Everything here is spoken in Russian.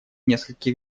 несколько